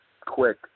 quick